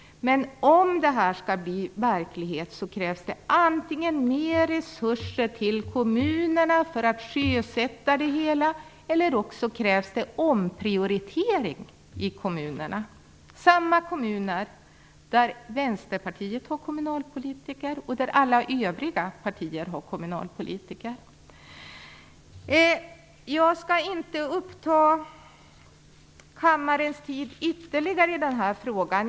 Men om det här skall bli verklighet krävs antingen mera resurser till kommunerna för att sjösätta det hela eller omprioritering i kommunerna. Det är samma kommuner där Vänsterpartiet har kommunalpolitiker och där alla övriga partier har kommunalpolitiker. Jag skall inte uppta kammarens tid ytterligare i den här frågan.